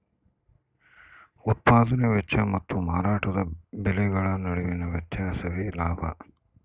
ಉತ್ಪದಾನೆ ವೆಚ್ಚ ಮತ್ತು ಮಾರಾಟದ ಬೆಲೆಗಳ ನಡುವಿನ ವ್ಯತ್ಯಾಸವೇ ಲಾಭ